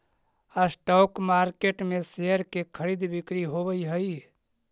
stock market में share के खरीद बिक्री होवऽ हइ